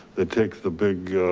they take the big,